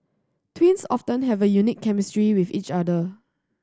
twins often have a unique chemistry with each other